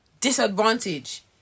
disadvantage